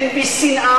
אין בי שנאה,